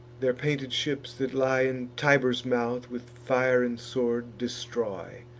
their painted ships, that lie in tiber's mouth, with fire and sword destroy.